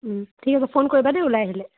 ঠিক আছে ফোন কৰিবা দেই ওলাই আহিলে